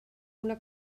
una